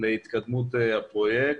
להתקדמות הפרויקט.